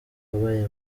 wabaye